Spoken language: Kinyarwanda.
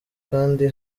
kandi